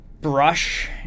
brush